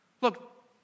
Look